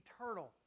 eternal